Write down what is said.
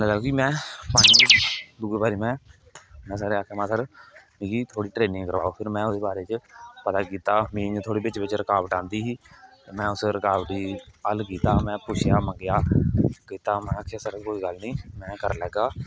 में पानियै च दूई बारी में में सर गी आखेआ मे सर मिगी थोह्ड़ी थोह्ड़ी ट्रैनिंग करवाओ फिर में ओहदे बारे च पता किया में इयां थोह्डे़ बिच बिच रकावटां आंदी ही में उस रकावट गी हल कीता में पुच्छेआ मंग्गेआ कीता में आखेआ सर कोई गल्ल नेईं में करी लैगा